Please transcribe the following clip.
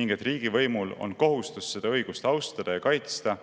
ning et riigivõimul on kohustus seda õigust austada ja kaitsta